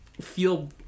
feel